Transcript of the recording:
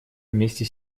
вместе